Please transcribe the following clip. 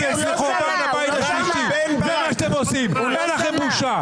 אין לכם בושה.